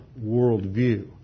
worldview